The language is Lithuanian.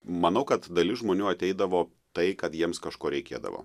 manau kad dalis žmonių ateidavo tai kad jiems kažko reikėdavo